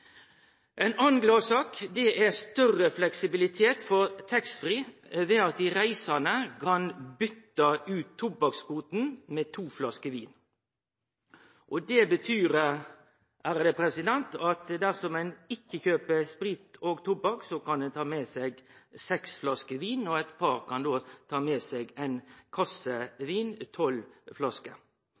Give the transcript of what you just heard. anna gladsak er større fleksibilitet for taxfree ved at dei reisande kan byte ut tobakkskvoten med to flasker vin. Det betyr at dersom ein ikkje kjøper sprit og tobakk, kan ein ta med seg seks flasker vin, og eit par kan då ta med seg ein kasse vin, 12 flasker.